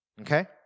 Okay